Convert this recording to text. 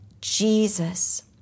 Jesus